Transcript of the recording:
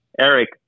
Eric